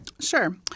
Sure